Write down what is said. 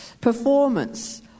Performance